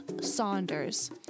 Saunders